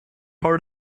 part